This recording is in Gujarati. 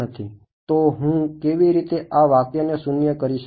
To હું કેવી રીતે આ વાક્યને શૂન્ય કરી શકું